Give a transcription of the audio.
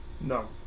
No